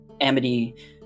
Amity